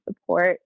support